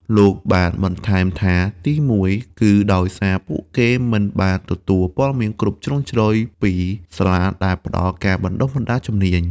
លោកបានបន្ថែមថា ទីមួយ គឺដោយសារពួកគេមិនបានទទួលព័ត៌មានគ្រប់ជ្រុងជ្រោយពីសាលាដែលផ្តល់ការបណ្តុះបណ្តាលជំនាញ។